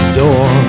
door